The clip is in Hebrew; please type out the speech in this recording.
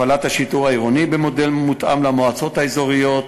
הפעלת השיטור העירוני במודל מותאם למועצות האזוריות,